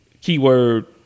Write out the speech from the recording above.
Keyword